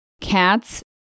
cats